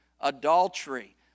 adultery